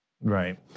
Right